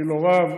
אני לא רב,